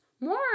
more